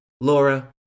Laura